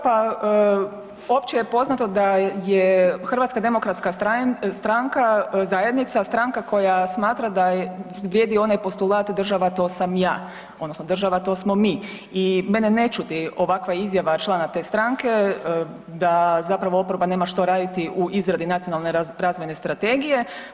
Pa opće je poznato da je Hrvatska demokratska zajednica, stranka koja smatra da vrijedi onaj postulat „Država to sam ja“ odnosno „Država to smo mi“ i mene ne čudi ovakva izjava člana te stranke da zapravo oporba nema što raditi u izradi Nacionalne razvojne strategije.